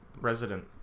resident